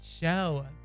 show